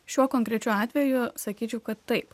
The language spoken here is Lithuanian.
šiuo konkrečiu atveju sakyčiau kad taip